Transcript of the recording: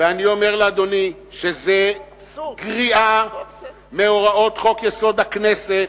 ואני אומר לאדוני שזה גריעה מהוראות חוק-יסוד: הכנסת,